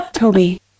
Toby